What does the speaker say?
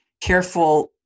careful